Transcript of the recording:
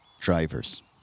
drivers